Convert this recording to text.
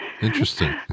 interesting